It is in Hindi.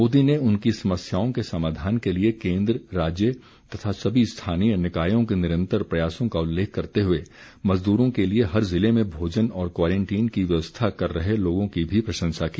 मोदी ने उनकी समस्याओं के समाधान के लिए केन्द्र राज्य तथा सभी स्थानीय निकायों के निरंतर प्रयासों का उल्लेख करते हुए मजदूरों के लिए हर जिले में भोजन और क्वारंटीन की व्यवस्था कर रहे लोगों की भी प्रशंसा की